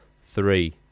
three